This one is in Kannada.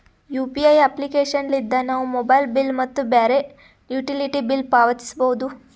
ಯು.ಪಿ.ಐ ಅಪ್ಲಿಕೇಶನ್ ಲಿದ್ದ ನಾವು ಮೊಬೈಲ್ ಬಿಲ್ ಮತ್ತು ಬ್ಯಾರೆ ಯುಟಿಲಿಟಿ ಬಿಲ್ ಪಾವತಿಸಬೋದು